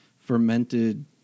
fermented